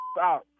out